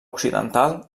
occidental